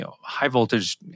high-voltage